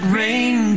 rain